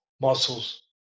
muscles